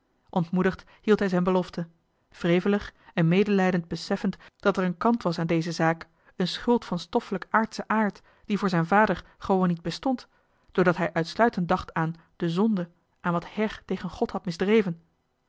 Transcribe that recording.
ontmoedigd hield hij zijn belofte wrevelig en medelijdend beseffend dat er een kant was aan deze zaak een schuld vanstoffelijk aardschen aard die voor zijn vader gewoon niet bestond doordat hij uitsluitend dacht aan de zonde aan wat her tegen god had misdreven